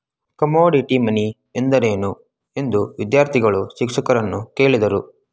Commodity money ಎಂದರೇನು? ಎಂದು ವಿದ್ಯಾರ್ಥಿಗಳು ಶಿಕ್ಷಕರನ್ನು ಕೇಳಿದರು